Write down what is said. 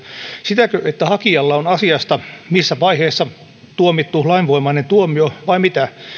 sitäkö että hakijalla on asiasta jossain vaiheessa tuomittu lainvoimainen tuomio vai mitä